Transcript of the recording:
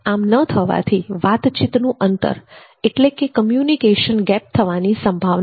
આમ ન થવાથી વાતચીતનું અંતર કમ્યુનિકેશન ગેપ થવાની સંભાવના